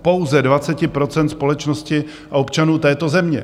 Pouze 20 % společnosti a občanů této země.